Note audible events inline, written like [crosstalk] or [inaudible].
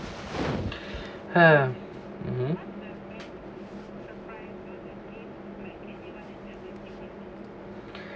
[noise] mmhmm